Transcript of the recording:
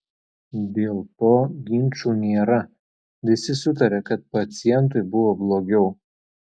dėl to ginčų nėra visi sutaria kad pacientui buvo blogiau